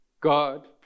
God